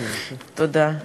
תודה.